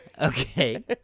Okay